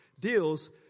deals